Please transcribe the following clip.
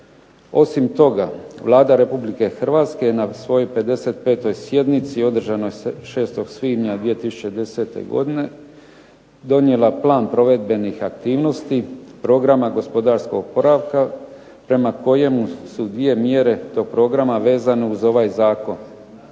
Osim toga Vlada Republike Hrvatske je na svojoj 55. sjednici održanoj 6. svibnja 2010. godine donijela plan provedbenih aktivnosti programa gospodarskog oporavka prema kojemu su dvije mjere tog programa vezane uz ovaj Zakon.